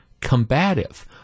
combative